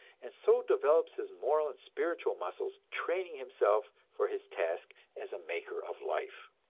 and so develops his moral and spiritual muscles, training himself for his task as maker of life.